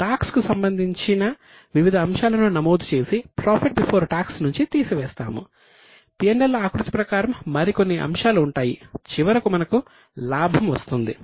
P L ఆకృతి ప్రకారం మరికొన్ని అంశాలు ఉంటాయి చివరకు మనకు లాభం వస్తుంది